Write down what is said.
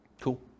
Cool